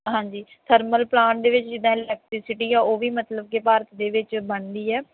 ਹਾਂਜੀ thermal plant ਦੇ ਵਿੱਚ ਜਿੱਦਾਂ ਇਲੈਕਟ੍ਰੀਸਿਟੀ ਆ ਉਹ ਵੀ ਮਤਲਬ ਕਿ ਭਾਰਤ ਦੇ ਵਿੱਚ ਬਣਦੀ ਆ